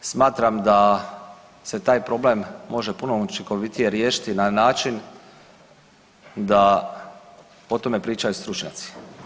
Smatram da se taj problem može puno učinkovitije riješiti na način da o tome pričaju stručnjaci.